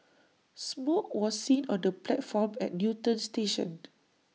smoke was seen on the platform at Newton station